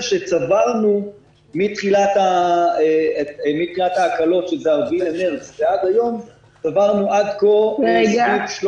זה שצברנו מתחילת ההקלות ועד היום עד כה 300